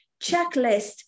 checklist